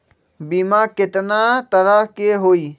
बीमा केतना तरह के होइ?